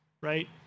right